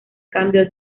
cambio